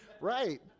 right